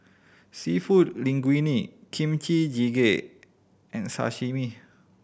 Seafood Linguine Kimchi Jjigae and Sashimi